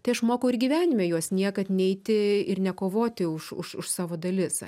tai aš mokau ir gyvenime juos niekad neiti ir nekovoti už už už savo dalis